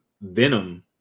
Venom